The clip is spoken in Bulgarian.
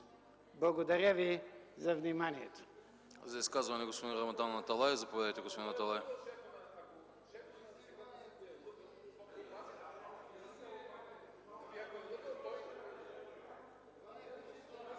Благодаря за вниманието.